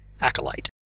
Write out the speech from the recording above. acolyte